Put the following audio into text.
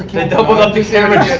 they doubled up the cameras.